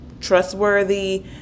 trustworthy